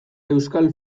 euskal